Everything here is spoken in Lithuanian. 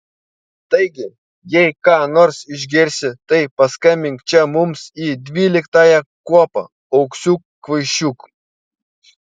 taigi jei ką nors išgirsi tai paskambink čia mums į dvyliktąją kuopą auksiuk kvaišiuk